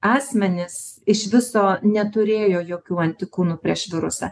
asmenys iš viso neturėjo jokių antikūnų prieš virusą